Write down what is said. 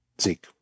Zeke